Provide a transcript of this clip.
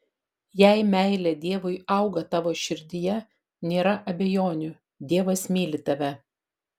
jei meilė dievui auga tavo širdyje nėra abejonių dievas myli tave